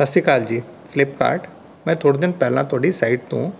ਸਤਿ ਸ਼੍ਰੀ ਅਕਾਲ ਜੀ ਫਲਿੱਪਕਾਟ ਮੈਂ ਥੋੜ੍ਹੇ ਦਿਨ ਪਹਿਲਾਂ ਤੁਹਾਡੀ ਸਾਈਟ ਤੋਂ